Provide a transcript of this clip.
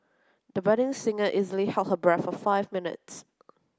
the budding singer easily held her breath for five minutes